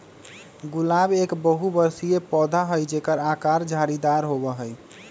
गुलाब एक बहुबर्षीय पौधा हई जेकर आकर झाड़ीदार होबा हई